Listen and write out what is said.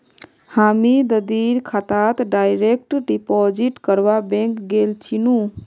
हामी दीदीर खातात डायरेक्ट डिपॉजिट करवा बैंक गेल छिनु